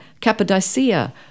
Cappadocia